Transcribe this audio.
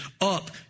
up